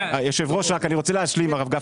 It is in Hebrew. יושב הראש, רק אני רוצה להשלים, הרב גפני.